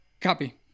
Copy